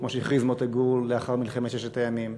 כמו שהכריז מוטה גור לאחר מלחמת ששת הימים.